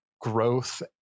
growth